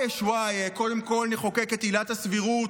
שוואיה-שוואיה, קודם כול נחוקק את עילת הסבירות,